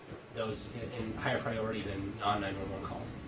those in higher priority than non and um ah